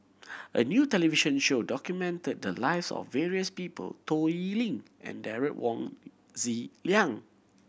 a new television show documented the lives of various people Toh Liying and Derek Wong Zi Liang